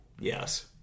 Yes